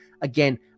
again